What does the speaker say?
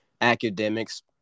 academics